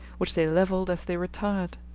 which they levelled as they retired.